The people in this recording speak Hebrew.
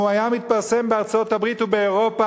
הוא היה מתפרסם בארצות-הברית ובאירופה,